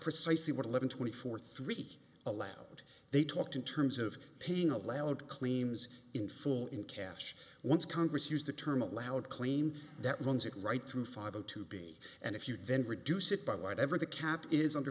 precisely what eleven twenty four three allowed they talked in terms of paying allowed claims in full in cash once congress used the term allowed claim that runs it right through five a to b and if you then reduce it by whatever the cap is under